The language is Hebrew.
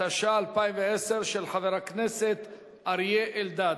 התש"ע 2010, של חבר הכנסת אריה אלדד,